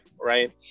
right